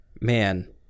man